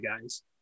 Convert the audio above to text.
guys